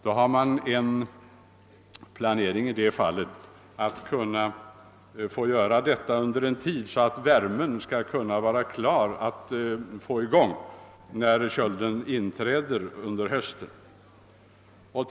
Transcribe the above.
Enligt planerna skulle detta göras i så god tid att värmen kunde fungera när kölden inträder under hösten i år.